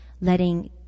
letting